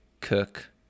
cook